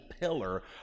pillar